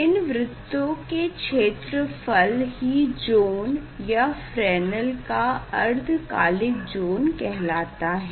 इन वृत्तो के क्षेत्रफल ही ज़ोन या फ्रेनेल का अर्धकालिक ज़ोन कहलाते है